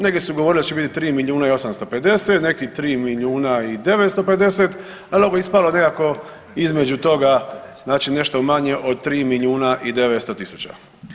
Neki su govorili da će biti 3 milijuna i 850, neki 3 milijuna i 950, ali ovo je ispalo nekako između toga znači nešto manje od 3 milijuna i 900 tisuća.